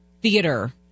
theater